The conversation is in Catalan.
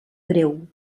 greu